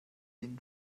ihnen